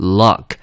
luck